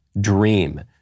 Dream